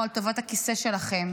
או על טובת הכיסא שלכם.